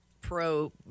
pro